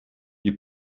die